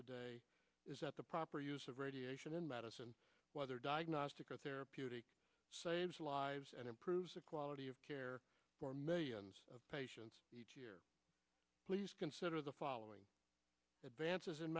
today is that the proper use of radiation in medicine whether diagnostic or therapeutic saves lives and improves the quality of care for millions of patients please consider the following advances in